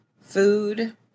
Food